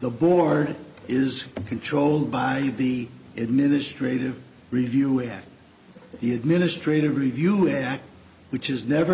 the board is controlled by the administrative review of the administrative review act which is never